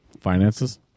finances